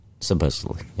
Supposedly